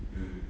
mm